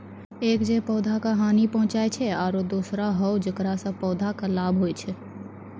एक जे पौधा का हानि पहुँचाय छै आरो दोसरो हौ जेकरा सॅ पौधा कॅ लाभ होय छै